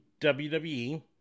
WWE